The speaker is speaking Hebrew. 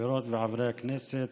חברות וחברי הכנסת,